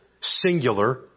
singular